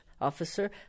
Officer